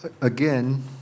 again